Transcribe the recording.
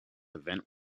event